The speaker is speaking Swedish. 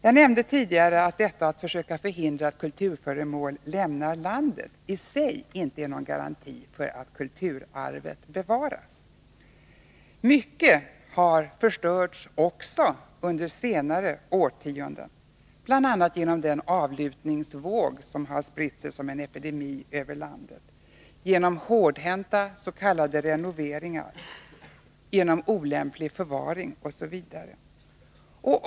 Jag nämnde tidigare att försök att förhindra att kulturföremål lämnar landet i sig inte är någon garanti för att kulturarvet bevaras. Mycket har förstörts också under senare årtionden, bl.a. genom den avlutningsvåg som har spritt sig som en epidemi över landet, genom hårdhänta s.k. renoveringar, genom olämplig förvaring osv.